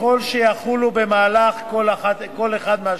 ככל שיחולו במהלך כל אחד מהשלבים.